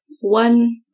one